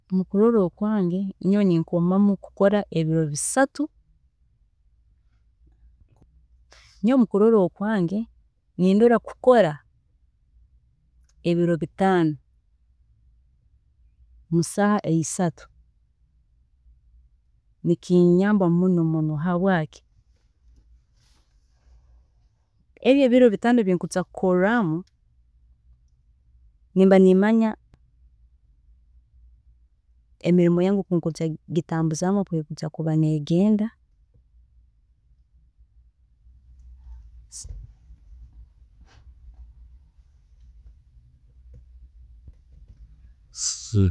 Mukurola okwange nyowe ninkomamu kukora ebiro bisatu, nyowe mukurola okwange nindola kukora ebiro bitaano mu saaha isatu nikinyamba muno muno, habwaaki, ebi ebiro bitaano ebi nkuba nkujya kukorramu, nimba nimanya, emirimo yange oku kunjya kugitambuzaamu okwekujya kuba negenda